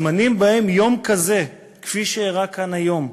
הזמנים שבהם יום כזה, כפי שאירע כאן היום,